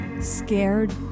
scared